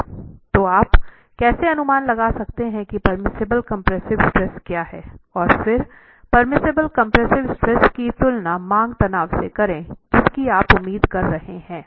तो आप कैसे अनुमान लगा सकते हैं कि परमिसिबल कम्प्रेसिव स्ट्रेस क्या है और फिर परमिसिबल कम्प्रेसिव स्ट्रेस की तुलना मांग तनाव से करें जिसकि आप उम्मीद कर रहे हैं